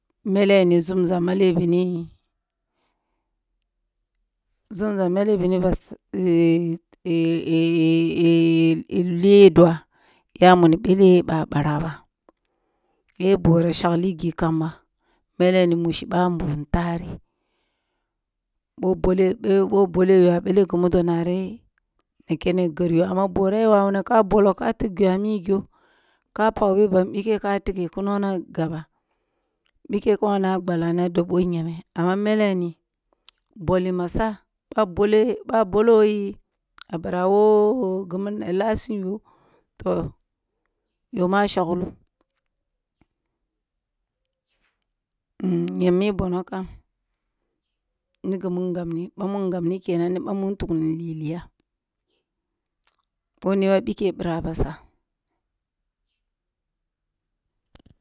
Mele ni nzuma maleh bini nzumza maleh bini ba leh dua ya wune ye bele ye ba bara ba, ye bora shagli gi kamba mele ni mushi ɓamburum tare, boh bole ɓoh beleyo a bele gumudonari nak ere garyo amma bora ya wawuna ka bolo kka tiggi a migyo ka pagyo bam kpiken ka tigi ki nona gaba, bike kuma nabgala na dobboh nyeme amma mele ni, boli masa boh bole yi boh a boli masa boh bole yi boh a boleyi a birah who license yoh toh yoh ma a shagloh. Nyem mi bono kam ni gumu ngabni bamun ngabni kenan ni bamun tugli liloya, boh noi ba bikeh bira basa